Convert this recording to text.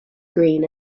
green